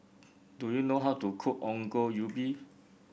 do you know how to cook Ongol Ubi